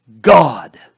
God